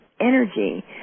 energy